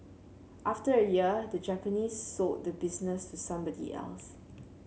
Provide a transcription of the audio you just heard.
after a year the Japanese sold the business to somebody else